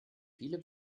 viele